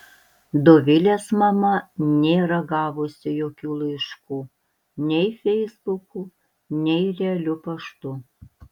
dovilės mama nėra gavusi jokių laiškų nei feisbuku nei realiu paštu